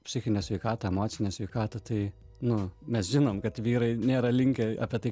psichinę sveikatą emocinę sveikatą tai nu mes žinom kad vyrai nėra linkę apie tai